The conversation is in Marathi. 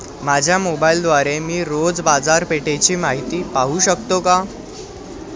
माझ्या मोबाइलद्वारे मी रोज बाजारपेठेची माहिती पाहू शकतो का?